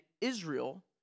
Israel